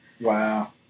wow